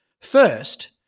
First